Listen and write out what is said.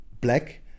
black